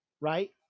right